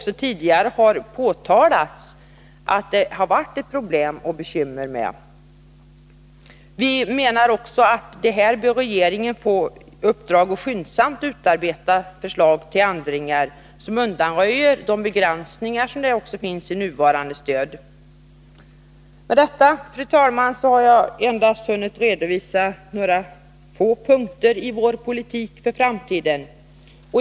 Som tidigare har påtalats har dessa förorsakat problem. Regeringen bör få i uppdrag att skyndsamt utarbeta förslag till ändringar, som också undanröjer begränsningarna i det nuvarande stödet. Med detta, fru talman, har jag endast hunnit med att på några få punkter redovisa vår politik för framtiden.